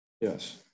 Yes